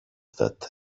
that